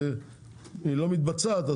היא לא מתבצעת,